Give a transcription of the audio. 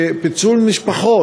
פיצול משפחות.